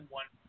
one